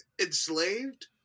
enslaved